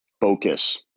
Focus